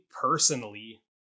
personally